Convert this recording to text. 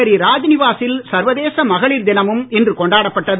புதுச்சேரி ராஜ்நிவாசில் சர்வதேச மகளிர் தினமும் இன்று கொண்டாடப்பட்டது